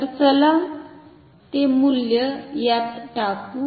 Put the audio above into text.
तर चला ते मुल्य यात टाकू